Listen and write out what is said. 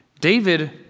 David